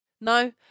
no